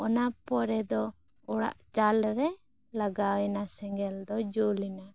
ᱚᱱᱟ ᱯᱚᱨᱮ ᱫᱚ ᱚᱲᱟᱜ ᱪᱟᱞ ᱨᱮ ᱞᱟᱜᱟᱣᱮᱱᱟ ᱥᱮᱸᱜᱮᱞ ᱫᱚ ᱡᱩᱞ ᱮᱱᱟ